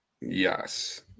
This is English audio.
Yes